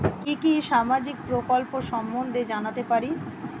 কি কি সামাজিক প্রকল্প সম্বন্ধে জানাতে পারি?